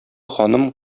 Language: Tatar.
ханым